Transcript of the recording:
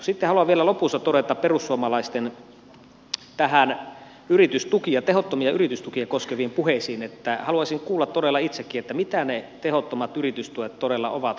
sitten haluan vielä lopussa todeta perussuomalaisten tehottomia yritystukia koskeviin puheisiin että haluaisin kuulla todella itsekin että mitä ne tehottomat yritystuet todella ovat